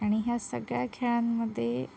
आणि ह्या सगळ्या खेळांमध्ये